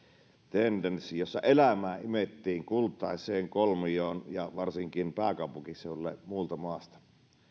tendenssi jossa elämää imettiin kultaiseen kolmioon ja varsinkin pääkaupunkiseudulle muualta maasta